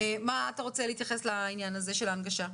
איך אתה רוצה להתייחס לעניין הזה של ההנגשה?